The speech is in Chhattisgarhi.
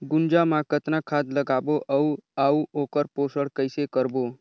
गुनजा मा कतना खाद लगाबो अउ आऊ ओकर पोषण कइसे करबो?